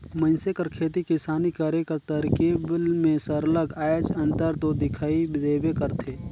मइनसे कर खेती किसानी करे कर तरकीब में सरलग आएज अंतर दो दिखई देबे करथे